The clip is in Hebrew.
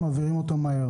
ונעביר אותה מהר.